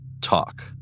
talk